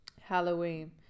Halloween